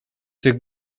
tych